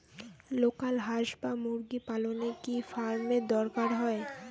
Local হাস বা মুরগি পালনে কি ফার্ম এর দরকার হয়?